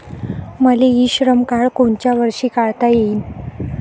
मले इ श्रम कार्ड कोनच्या वर्षी काढता येईन?